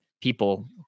people